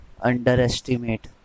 underestimate